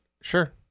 sure